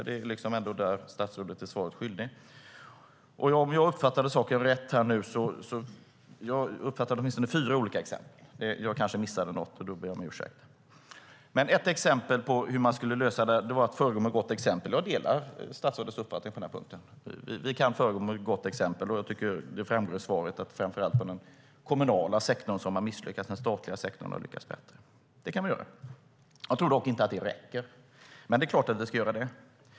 Det är där statsrådet är svaret skyldig. Jag uppfattade åtminstone fyra olika exempel; jag kanske missade något, och då ber jag om ursäkt. Ett exempel på hur man skulle lösa detta var att föregå med gott exempel. Jag delar statsrådets uppfattning på den punkten. Vi kan föregå med gott exempel. Jag tycker att det framgår i svaret att det framför allt är den kommunala sektorn som har misslyckats. Den statliga sektorn har lyckats bättre. Vi kan göra så. Jag tror dock inte att det räcker, men det är klart att vi ska göra det.